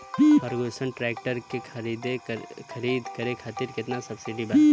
Ferguson tractor के खरीद करे खातिर केतना सब्सिडी बा?